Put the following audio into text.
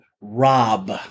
Rob